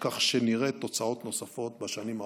כך שנראה תוצאות נוספות בשנים הקרובות.